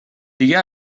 دیگه